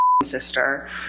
sister